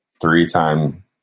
three-time